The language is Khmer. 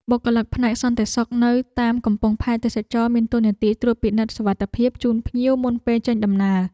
បុគ្គលិកផ្នែកសន្តិសុខនៅតាមកំពង់ផែទេសចរណ៍មានតួនាទីត្រួតពិនិត្យសុវត្ថិភាពជូនភ្ញៀវមុនពេលចេញដំណើរ។